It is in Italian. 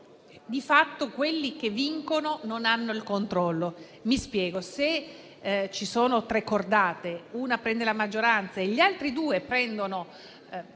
di fatto, quelli che vincono non hanno il controllo. Mi spiego: se ci sono tre cordate, una prende la maggioranza e le altre due prendono